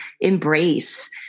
embrace